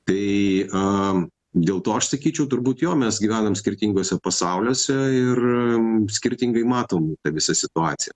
tai dėl to aš sakyčiau turbūt jo mes gyvenam skirtinguose pasauliuose ir skirtingai matom tą visą situaciją